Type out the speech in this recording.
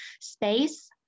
space